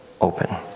open